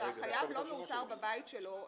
כשהחייב לא מאותר בבית שלו,